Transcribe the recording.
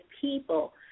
people